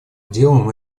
делаем